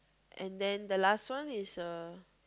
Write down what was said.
and then the last one is a